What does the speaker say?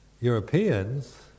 Europeans